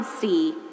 see